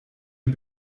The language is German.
die